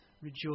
rejoice